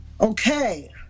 Okay